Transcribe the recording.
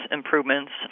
improvements